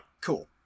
cool